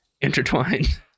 intertwined